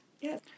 Yes